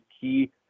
key